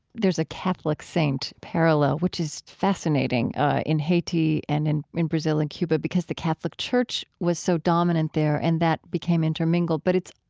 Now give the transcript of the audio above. there's a catholic saint parallel, which is fascinating in haiti and in in brazil and cuba because the catholic church was so dominant there, and that became intermingled. but it's,